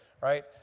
right